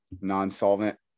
non-solvent